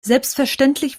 selbstverständlich